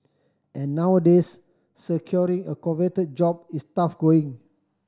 and nowadays securing a coveted job is tough going